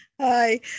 Hi